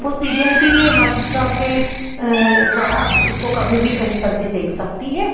वो सीरियल भी हॉटस्टार के द्वारा उसको कभी भी कहीं पर भी देख सकती है